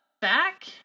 back